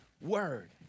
word